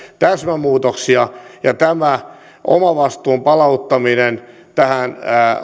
täsmämuutoksia ja tämä omavastuun palauttaminen tähän